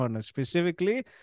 specifically